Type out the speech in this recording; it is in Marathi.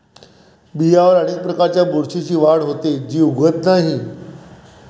बियांवर अनेक प्रकारच्या बुरशीची वाढ होते, जी उगवत नाही